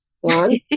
one